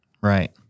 right